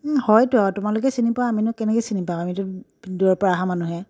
হয়তো তোমালোকেহে চিনি পোৱা আমিনো কেনেকৈ চিনি পাওঁ আমিতো দূৰৰ পৰা অহা মানুহহে